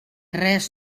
res